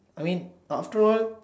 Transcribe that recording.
I mean after all